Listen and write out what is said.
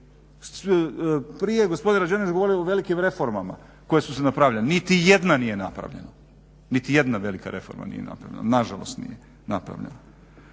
Prije je gospodin Rađenović govorio o velikim reformama koje su se napravile. Niti jedna nije napravljena, niti jedna velika reforma nije napravljena, nažalost nije napravljena.